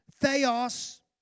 theos